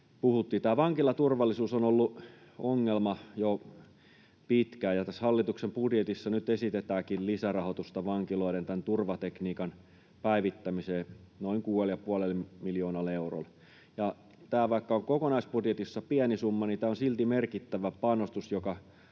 vankilaturvallisuus on ollut ongelma jo pitkään, ja tässä hallituksen budjetissa nyt esitetäänkin lisärahoitusta vankiloiden turvatekniikan päivittämiseen noin kuudella ja puolella miljoonalla eurolla. Vaikka tämä on kokonaisbudjetissa pieni summa, tämä on silti merkittävä panostus,